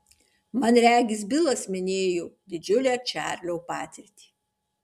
man regis bilas minėjo didžiulę čarlio patirtį